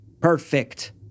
Perfect